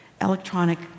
electronic